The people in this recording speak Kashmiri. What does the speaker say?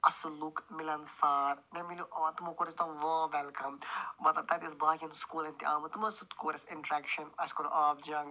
اصٕل لوکھ مِلَنسار مےٚ مِلیٛو ٲں تِمو کوٚر اسہِ وارٕم ویٚلکَم مطلب تَتہِ ٲسۍ باقٕین سُکوٗلَن ہنٛدۍ تہِ آمٕتۍ تِمَن سۭتۍ تہِ کوٚر اسہِ اِنٹرٛیکشَن اسہِ کوٚر آبہٕ جَنگ مطلب